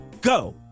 go